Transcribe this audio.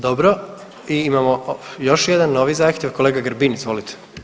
Dobro, i imamo još jedan novi zahtjev kolega Grbin izvolite.